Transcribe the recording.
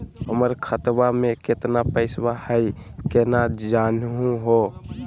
हमर खतवा मे केतना पैसवा हई, केना जानहु हो?